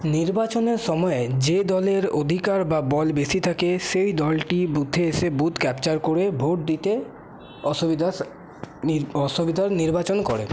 নির্বাচনের সময়ে যে দলের অধিকার বা বল বেশি থাকে সেই দলটি বুথে এসে বুথ ক্যাপচার করে ভোট দিতে অসুবিধার নির্বাচন করে